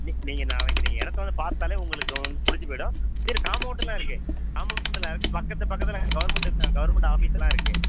நீ நீங்கள் நாளைக்கு நீங்கள் இடத்த வந்து பார்த்தாலே உங்களுக்கு வந் பிடிச்சிப் போயிடும் வெளியில் காமௌன்ட்டுலாம் இருக்குது காமௌன்ட்டுலாம் இருக்குது பக்கத்து பக்கத்தில் கவர்மெண்ட்டு த கவர்மெண்ட் ஆஃபீஸ்லாம் இருக்குது